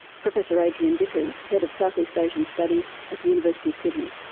professor adrian vickers, head of south east asian studies at the university of sydney.